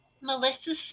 Melissa